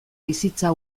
bizitza